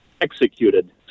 executed